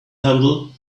handle